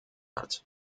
hat